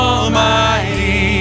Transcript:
Almighty